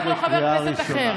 בטח לא חבר כנסת אחר.